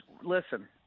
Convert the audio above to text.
Listen